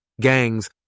Gangs